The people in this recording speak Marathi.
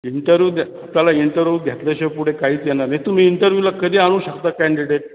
इंटरव्यू दे आपल्याला इंटरव्यू घेतल्याशिवाय पुढे काहीच येणार नाही तुम्ही इंटरव्यूला कधी आणू शकता कँडिडेट